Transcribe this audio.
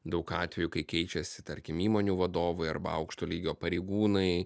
daug atvejų kai keičiasi tarkim įmonių vadovai arba aukšto lygio pareigūnai